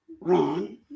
Ron